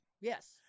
Yes